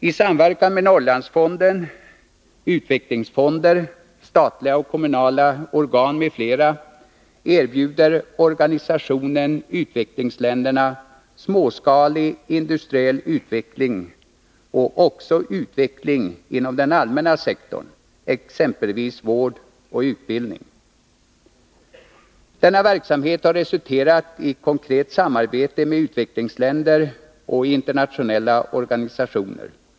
I samverkan med Norrlandsfonden, utvecklingsfonder, statliga och kommunala organ m.fl. erbjuder organisationen utvecklingsländerna småskalig industriell utveckling och också utveckling inom den allmänna sektorn, exempelvis vård och utbildning. Denna verksamhet har resulterat i konkret samarbete med utvecklingsländer och internationella organisationer.